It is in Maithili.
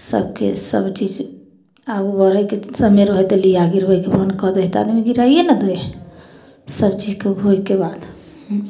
सभके सबचीज आगू बढ़ैके समय रहै हइ तऽ लिआ गिरबैके मोन कऽ दै हइ तऽ आदमी गिराइए ने दै हइ सबचीजके होइके बाद उँ